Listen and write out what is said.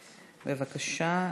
בבקשה,